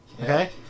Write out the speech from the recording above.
Okay